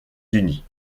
unis